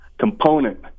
component